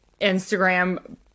Instagram